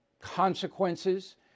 consequences